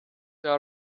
there